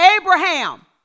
Abraham